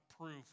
proof